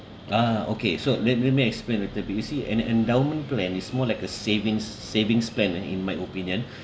ah okay so let let me explain a little bit you see an endowment plan is more like a savings savings plan and in my opinion